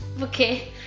okay